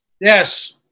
Yes